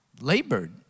labored